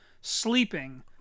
sleeping